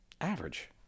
average